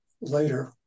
later